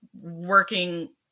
working